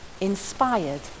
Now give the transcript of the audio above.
inspired